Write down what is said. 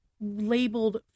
labeled